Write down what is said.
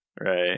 right